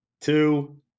two